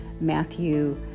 Matthew